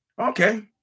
okay